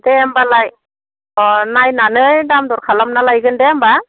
दे होनबालाय अह नायनानै दाम दर खालामना लायगोन दे होनबा